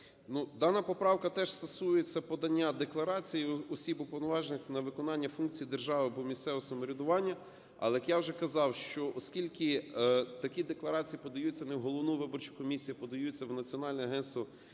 дана поправка теж стосується подання декларації осіб, уповноважених на виконання функцій держави або місцевого самоврядування, але, як я вже казав, що оскільки такі декларації подаються не в головну виборчу комісію, а подають в Національне агентство по